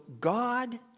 God